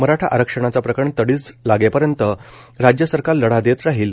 मराठा आरक्षणाचे प्रकरण तडीस लागेपर्यंत राज्य सरकार लढा देत राहील